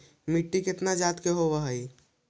मिट्टी कितना जात के होब हय?